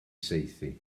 saethu